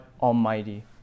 Almighty